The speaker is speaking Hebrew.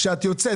כשהיא יוצרת,